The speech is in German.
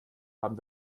haben